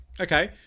Okay